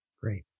Great